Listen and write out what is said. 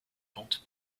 pente